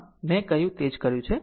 આમ મેં અહીં તે જ કર્યું છે